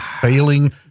failing